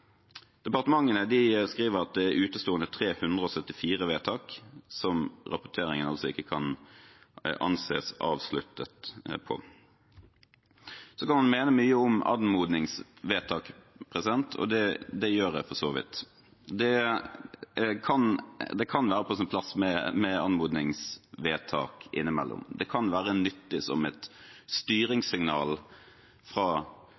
Departementene skriver at det er utestående 374 vedtak, som rapporteringen altså ikke kan anses avsluttet. Så kan man mene mye om anmodningsvedtak, og det gjør jeg for så vidt. Det kan være på sin plass med anmodningsvedtak innimellom. Det kan være nyttig som et styringssignal fra